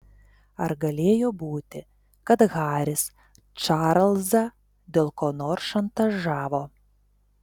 ar galėjo būti kad haris čarlzą dėl ko nors šantažavo